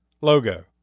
logo